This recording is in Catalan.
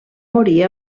morir